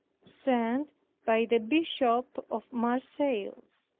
sent by the bishop of marseilles.